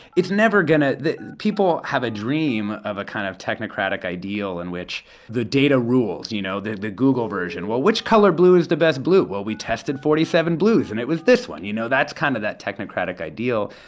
it's never going to the people have a dream of a kind of technocratic ideal in which the data rules, you know, the the google version. well, which color blue is the best blue? well, we tested forty seven blues, and it was this one. you know, that's kind of that technocratic ideal.